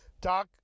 Doc